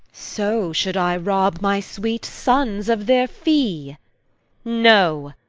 so should i rob my sweet sons of their fee no,